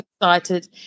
excited